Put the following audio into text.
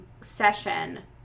session